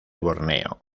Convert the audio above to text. borneo